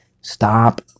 Stop